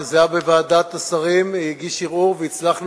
שכשזה היה בוועדת השרים הוא הגיש ערעור והצלחנו